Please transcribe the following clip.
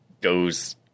goes